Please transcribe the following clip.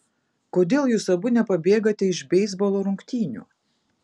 kodėl jūs abu nepabėgate iš beisbolo rungtynių